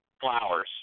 flowers